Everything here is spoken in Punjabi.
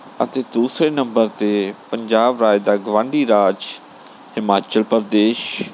ਅਤੇ ਦੂਸਰੇ ਨੰਬਰ 'ਤੇ ਪੰਜਾਬ ਰਾਜ ਦਾ ਗਵਾਂਢੀ ਰਾਜ ਹਿਮਾਚਲ ਪ੍ਰਦੇਸ਼